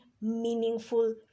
meaningful